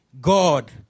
God